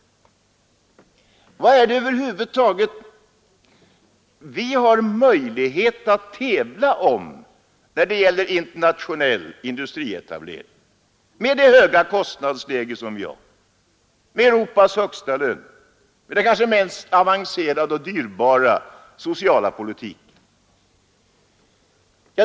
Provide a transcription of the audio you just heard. Vad är det då vi har möjlighet att tävla om när det gäller internationell industrietablering med det höga kostnadsläge vi har med Europas högsta löner, med den kanske mest avancerade och dyrbara sociala politiken?